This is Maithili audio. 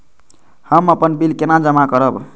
हम अपन बिल केना जमा करब?